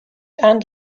and